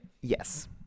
yes